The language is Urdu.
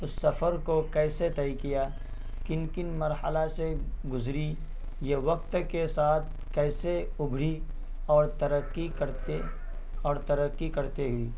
اس سفر کو کیسے طے کیا کن کن مرحلہ سے گزری یہ وقت کے ساتھ کیسے ابھری اور ترقی کرتے اور ترقی کرتے ہوئی